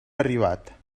arribat